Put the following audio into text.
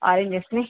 ఆరెంజెస్ని